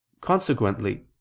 Consequently